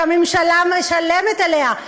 שהממשלה משלמת עליה,